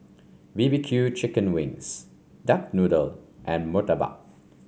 B B Q Chicken Wings Duck Noodle and Murtabak